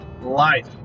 Life